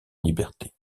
liberté